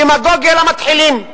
דמגוגיה למתחילים.